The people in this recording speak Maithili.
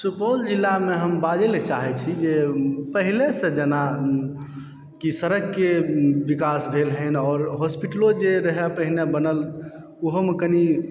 सुपौल जिलामे हम बाजै लए चाहै छी जे पहिले से जेना कि सड़कके विकास भेल हन और हॉस्पिटलो जे रहय पहिने बनल ओहोमे कनी